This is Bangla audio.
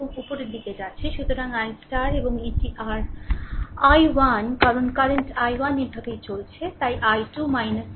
এবং উপরের দিকে যাচ্ছে সুতরাং 1 এবং এটি আর i 1 কারণ কারেন্ট i 1 এভাবে চলছে তাই i2 i1